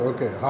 Okay